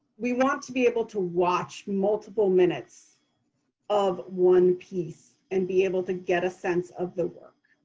we want to be able to watch multiple minutes of one piece and be able to get a sense of the work.